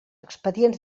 expedients